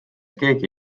keegi